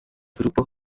grupo